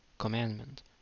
Commandment